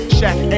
Shaq